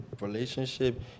relationship